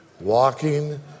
walking